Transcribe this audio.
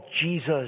Jesus